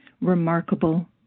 remarkable